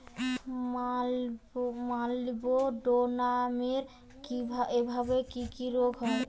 মলিবডোনামের অভাবে কি কি রোগ হয়?